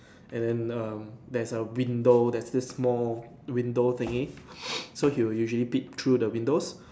and then um there's a window there's this small window thingy so he will usually peep through the windows